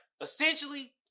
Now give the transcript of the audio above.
essentially